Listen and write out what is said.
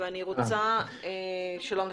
שלום לך,